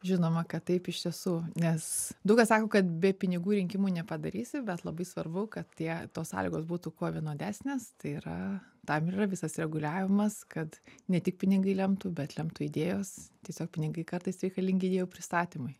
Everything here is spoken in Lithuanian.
žinoma kad taip iš tiesų nes daug kas sako kad be pinigų rinkimų nepadarysi bet labai svarbu kad tie tos sąlygos būtų kuo vienodesnės tai yra tam ir yra visas reguliavimas kad ne tik pinigai lemtų bet lemtų idėjos tiesiog pinigai kartais reikalingi idėjų pristatymui